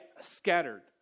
scattered